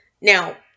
Now